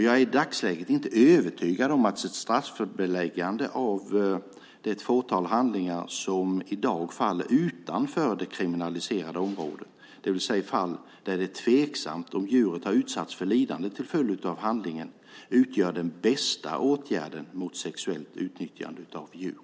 Jag är i dagsläget inte övertygad om att ett straffbeläggande av det fåtal handlingar som i dag faller utanför det kriminaliserade området, det vill säga fall där det är tveksamt om djuret har utsatts för lidande till följd av handlingen, utgör den bästa åtgärden mot sexuellt utnyttjande av djur.